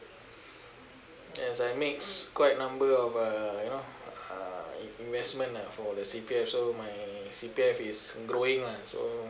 yes I mix quite a number of uh you know uh investment lah for the C_P_F so my C_P_F is growing lah so